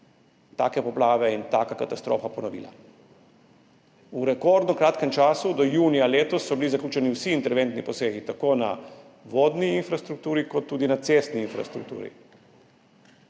take poplave in taka katastrofa ponovila. V rekordno kratkem času, do junija letos, so bili zaključeni vsi interventni posegi tako na vodni infrastrukturi kot tudi na cestni infrastrukturi.